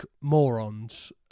morons